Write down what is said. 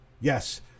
Yes